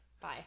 Bye